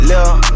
Lil